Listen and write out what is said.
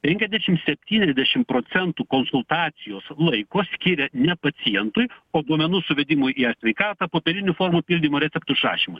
penkiasdešim septyniasdešim procentų konsultacijos laiko skiria ne pacientui o duomenų suvedimui į e sveikatą popierinių formų pildymui receptų išrašymui